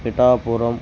Pithapuram